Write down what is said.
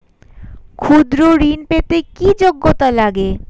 ক্ষুদ্র ঋণ পেতে কি যোগ্যতা লাগে?